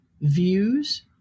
views